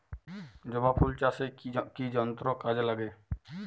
জবা ফুল চাষে কি কি যন্ত্র কাজে লাগে?